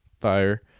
fire